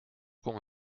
kon